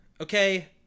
okay